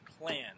clan